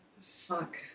Fuck